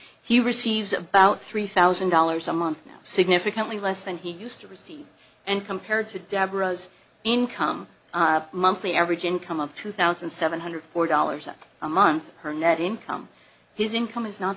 he receives about three thousand dollars a month now significantly less than he used to receive and compared to deborah's income monthly average income of two thousand seven hundred four dollars a month her net income his income is not